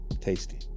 tasty